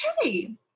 Okay